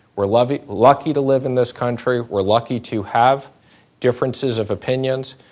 we're lucky lucky to live in this country. we're lucky to have differences of opinions.